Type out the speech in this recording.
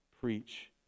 preach